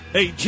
Hey